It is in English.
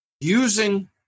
using